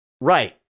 Right